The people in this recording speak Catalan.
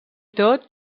tot